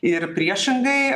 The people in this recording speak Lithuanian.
ir priešingai